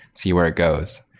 see where it goes.